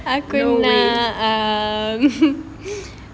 no way